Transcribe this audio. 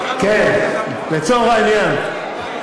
כן, לצורך העניין.